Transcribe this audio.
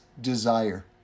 desire